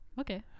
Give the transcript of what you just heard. Okay